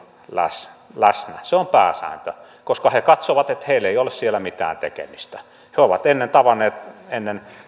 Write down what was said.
läsnä se on pääsääntö koska he he katsovat että heillä ei ole siellä mitään tekemistä he ovat ennen